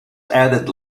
added